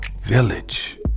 village